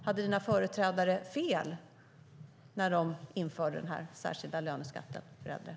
Hade dina företrädare fel när de införde den särskilda löneskatten för äldre?